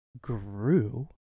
grew